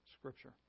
scripture